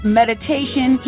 meditation